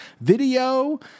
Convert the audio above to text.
video